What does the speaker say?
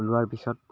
লোৱাৰ পিছত